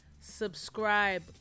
subscribe